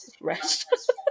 rest